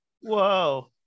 Whoa